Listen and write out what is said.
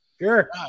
Sure